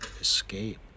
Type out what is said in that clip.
escape